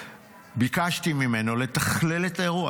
שביקשתי ממנו לתכלל את האירוע.